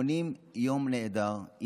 80 יום נעדר.